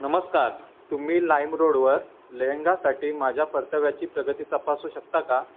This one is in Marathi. नमस्कार तुम्ही लाईमरोडवर लेहंगासाठी माझ्या परताव्याची प्रगती तपासू शकता का